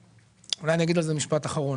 ואולי אגיד על זה משפט אחרון,